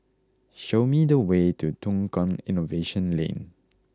show me the way to Tukang Innovation Lane